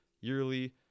yearly